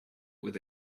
with